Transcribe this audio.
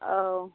औ